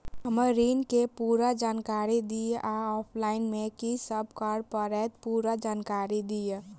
हम्मर ऋण केँ पूरा जानकारी दिय आ ऑफलाइन मे की सब करऽ पड़तै पूरा जानकारी दिय?